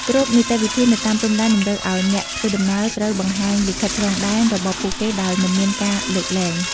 គ្រប់នីតិវិធីនៅតាមព្រំដែនតម្រូវឱ្យអ្នកធ្វើដំណើរត្រូវបង្ហាញលិខិតឆ្លងដែនរបស់ពួកគេដោយមិនមានការលើកលែង។